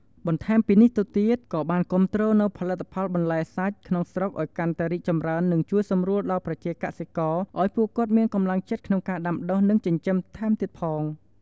បន្ថែមពីនេះទៅទៀត ក៏បានគាំទ្រនូវផលិតផលបន្លែ សាច់ ក្នុងស្រុកឲ្យកាន់តែរីកចម្រើននិងជួយសម្រួលដល់ប្រជាកសិករឲ្យពួកគាត់មានកម្លាំងចិត្តក្នុងការដាំដុះនិងចិញ្ចឹមថែមទៀតផង។